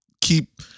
keep